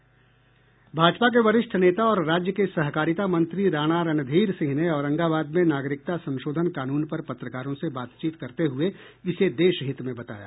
भाजपा के वरिष्ठ नेता और राज्य के सहकारिता मंत्री राणा रणधीर सिंह ने औरंगाबाद में नागरिकता संशोधन कानून पर पत्रकारों से बातचीत करते हुए इसे देशहित में बताया